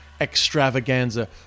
extravaganza